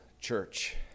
church